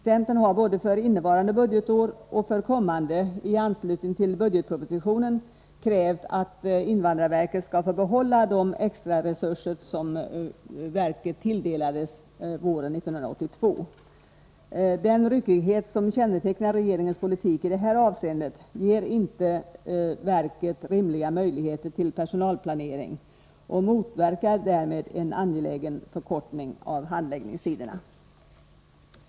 Centern har både för innevarande budgetår och för kommande budgetår i anslutning till budgetpropositionen krävt att invandrarverket skall få behålla de extra resurser som verket tilldelades våren 1982. Den ryckighet som kännetecknar regeringens politik i det här avseendet ger inte verket rimliga möjligheter till personalplanering och motverkar därmed en angelägen förkortning av handläggningstiderna.